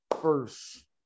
first